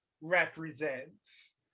represents